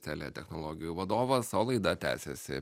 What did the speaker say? telia technologijų vadovas o laida tęsiasi